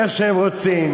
איך שהם רוצים,